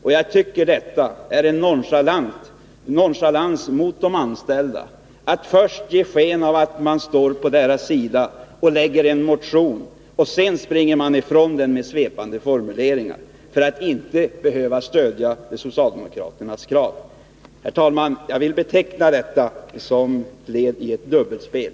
Enligt min mening är det nonchalans mot de anställda: att först ge sken av att stå på personalens sida och väcka en motion för att sedan springa ifrån dem med svepande formuleringar, så att man inte skall behöva stödja socialdemokraternas krav. Herr talman! Jag vill beteckna detta som dubbelspel.